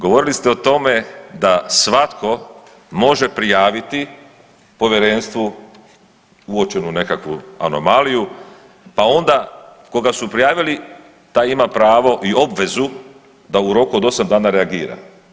Govorili ste o tome da svatko može prijaviti povjerenstvu uočenu nekakvu anomaliju, pa onda koga su prijavili taj ima pravo i obvezu da u roku od osam dana reagira.